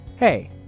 Hey